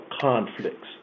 conflicts